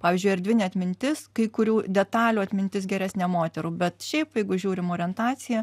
pavyzdžiui erdvinė atmintis kai kurių detalių atmintis geresnė moterų bet šiaip jeigu žiūrim orientaciją